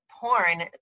porn